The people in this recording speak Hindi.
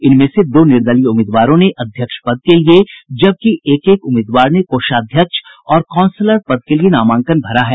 इनमें से दो निर्दलीय उम्मीदवारों ने अध्यक्ष पद के लिए जबकि एक एक उम्मीदवार ने कोषाध्यक्ष और काउंसलर पद के लिए नामांकन भरा है